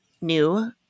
new